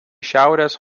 šiaurės